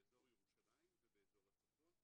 באיזור ירושלים ובאיזור הצפון,